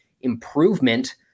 improvement